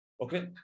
Okay